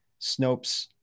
Snopes